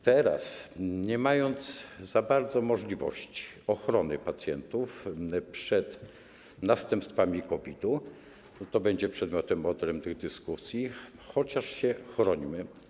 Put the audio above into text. Teraz, nie mając za bardzo możliwości ochrony pacjentów przed następstwami COVID-u - to będzie przedmiotem odrębnych dyskusji - chociaż się chrońmy.